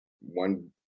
one